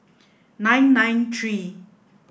nine nine three